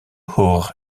hoog